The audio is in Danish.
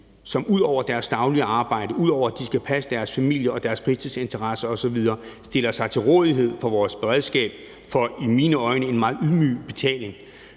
som ud over deres daglige arbejde, ud over at de skal passe deres familie og fritidsinteresser osv., stiller sig til rådighed for vores beredskab for i mine øjne en meget beskeden betaling.